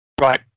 Right